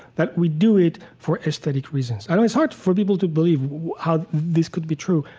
that we do it for aesthetic reasons. i know it's hard for people to believe how this could be true,